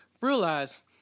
realize